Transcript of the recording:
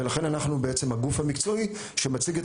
ולכן אנחנו הם בעצם הגוף המקצועי שמציג את